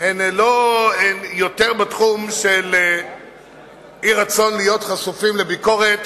הן יותר בתחום של אי-רצון להיות חשופים לביקורת